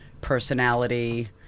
personality